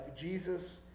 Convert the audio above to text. Jesus